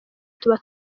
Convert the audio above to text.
tuba